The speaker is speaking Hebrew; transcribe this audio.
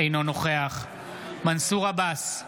אינו נוכח מנסור עבאס,